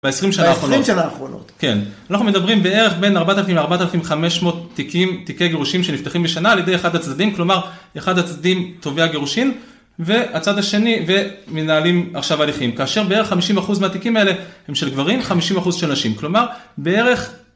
בעשרים של האחרונות, כן. אנחנו מדברים בערך בין 4,000-4,500 תיקים, תיקי גירושים שנפתחים בשנה על ידי אחד הצדדים, כלומר, אחד הצדדים תובע גירושים והצד השני מנהלים עכשיו הליכים, כאשר בערך 50% מהתיקים האלה הם של גברים, 50% של נשים, כלומר, בערך...